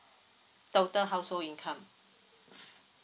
total household income